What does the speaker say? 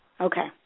Okay